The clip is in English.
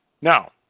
Now